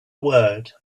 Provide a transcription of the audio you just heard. word